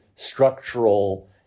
structural